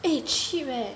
eh cheap leh